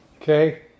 Okay